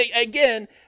again